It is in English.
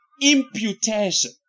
imputation